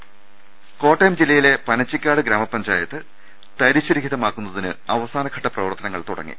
രുട്ട്ട്ട്ട്ട്ട്ട്ട കോട്ടയം ജില്ലയിലെ പനച്ചിക്കാട് ഗ്രാമപഞ്ചായത്ത് തരിശ് രഹിതമാക്കു ന്നതിന് അവസാനഘട്ട പ്രവർത്തനങ്ങൾ തുടങ്ങി